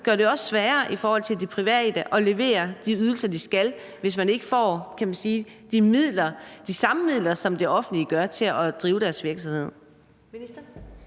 det det også sværere for de private at levere de ydelser, de skal, hvis de ikke får de midler, de samme midler, som det offentlige gør, til at drive deres virksomhed.